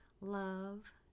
love